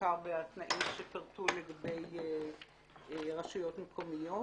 בעיקר בתנאים שפירטו לגבי רשויות מקומיות,